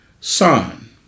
son